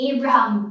Abraham